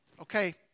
okay